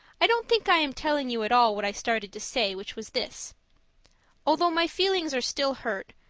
i don't think i am telling you at all what i started to say, which was this although my feelings are still hurt,